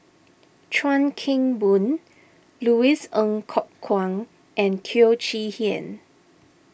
Chuan Keng Boon Louis Ng Kok Kwang and Teo Chee Hean